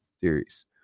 series